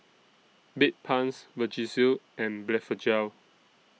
Bedpans Vagisil and Blephagel